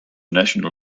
national